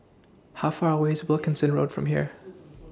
How Far away IS Wilkinson Road from here